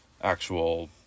actual